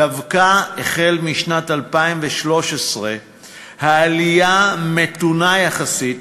דווקא משנת 2013 העלייה מתונה יחסית,